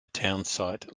townsite